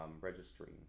registering